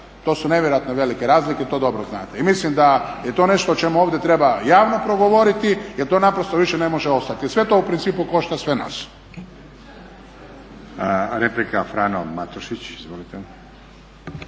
to su nevjerojatno velike razlike i to dobro znate. I mislim da je to nešto o čemu ovdje treba javno progovoriti jer to naprosto više ne može ostati. Sve to u principu košta sve nas.